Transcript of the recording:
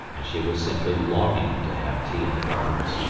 and she was simply longing to have tea in the gardens.